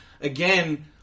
again